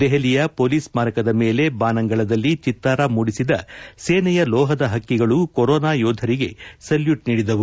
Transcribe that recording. ದೆಹಲಿಯ ಪೊಲೀಸ್ ಸ್ದಾರಕದ ಮೇಲೆ ಬಾನಂಗಳದಲ್ಲಿ ಚಿತ್ತಾರ ಮೂಡಿಸಿದ ಸೇನೆಯ ಲೋಹದ ಹಕ್ಕಿಗಳು ಕೊರೋನಾ ಯೋಧರಿಗೆ ಸಲ್ಫೂಟ್ ನೀಡಿದವು